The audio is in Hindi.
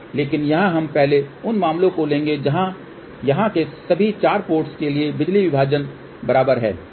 लेकिन यहाँ हम पहले उन मामलों को लेंगे जहाँ यहाँ के सभी 4 पोर्टस के लिए बिजली विभाजन बराबर हैं